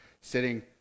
sitting